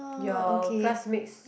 your classmates